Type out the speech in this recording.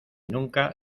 nunca